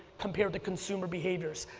compared to consumer behaviors,